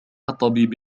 الطبيب